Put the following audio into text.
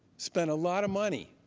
spent a lot of money